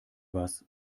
was